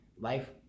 life